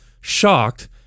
shocked